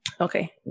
Okay